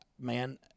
man –